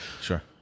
sure